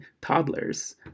toddlers